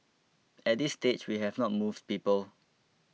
at this stage we have not moved people